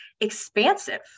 expansive